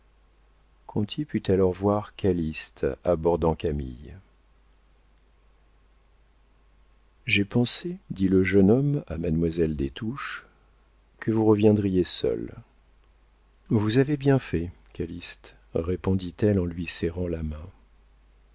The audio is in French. piédestal conti put alors voir calyste abordant camille j'ai pensé dit le jeune homme à mademoiselle des touches que vous reviendriez seules vous avez bien fait calyste répondit-elle en lui serrant la main